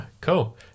cool